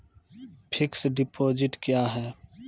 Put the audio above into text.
Fixed deposit क्या हैं?